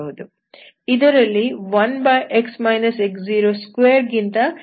ಇದರಲ್ಲಿ 1x x02 ಗಿಂತ ಹೆಚ್ಚಿನ ಡಿಗ್ರಿ ಇರುವ ಹಾಗಿಲ್ಲ